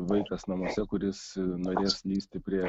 vaikas namuose kuris norės lįsti prie